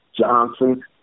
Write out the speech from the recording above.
Johnson